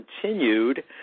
continued